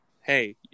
hey